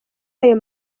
ayo